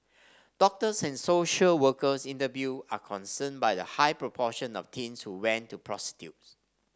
doctors and social workers interviewed are concerned by the high proportion of teens who went to prostitutes